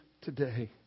today